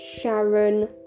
Sharon